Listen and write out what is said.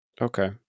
okay